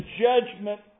judgment